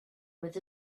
with